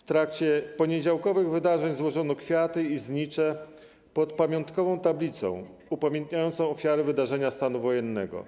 W trakcie poniedziałkowych wydarzeń złożono kwiaty i znicze pod pamiątkową tablicą upamiętniającą ofiary wydarzenia stanu wojennego.